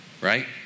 Right